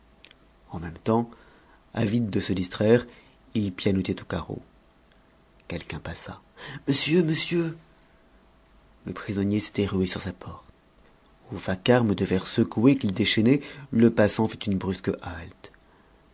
en même temps avide de se distraire il pianotait au carreau quelqu'un passa monsieur monsieur le prisonnier s'était rué sur sa porte au vacarme de verres secoués qu'il déchaînait le passant fit une brusque halte